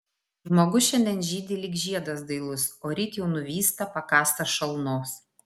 žmogus šiandien žydi lyg žiedas dailus o ryt jau nuvysta pakąstas šalnos